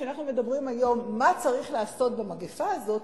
כשאנחנו מדברים היום מה צריך לעשות במגפה הזו,